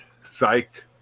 Psyched